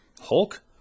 Hulk